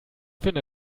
finde